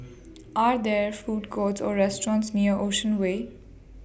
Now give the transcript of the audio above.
Are There Food Courts Or restaurants near Ocean Way